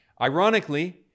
Ironically